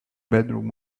bedroom